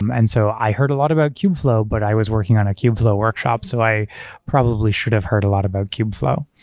and so i heard a lot about kubeflow, but i was working on a kubeflow workshop. so i probably should've heard a lot about kubeflow.